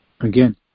Again